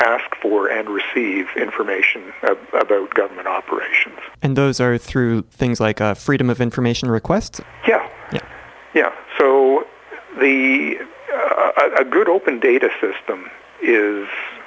ask for and receive information about government operations and those are through things like freedom of information requests yeah yeah so the a good open data system is